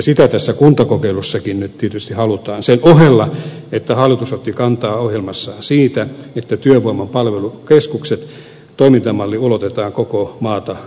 sitä tässä kuntakokeilussakin nyt tietysti halutaan sen ohella että hallitus otti kantaa ohjelmassaan siihen että työvoimapalvelukeskuksen toimintamalli ulotetaan koko maan kattavaksi